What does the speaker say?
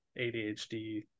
ADHD